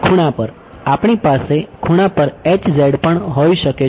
ખૂણા પર આપણી પાસે ખૂણા પર પણ હોઈ શકે છે